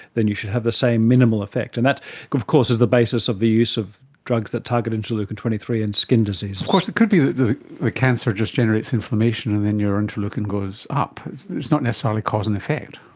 then you should have the same minimal effect. and that of course is the basis of the use of drugs that target interleukin twenty three in skin diseases. of course it could be that the the cancer just generates inflammation and then your interleukin goes up. it's not necessarily cause and effect.